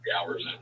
hours